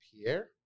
Pierre